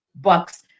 Bucks